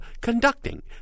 conducting